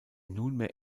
nunmehr